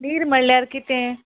नीर म्हळ्यार कितें